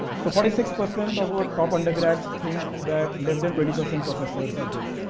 so, forty six percent of our top undergrads think that less than twenty percent professors are good.